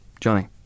Johnny